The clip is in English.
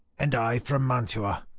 and i from mantua,